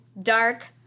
dark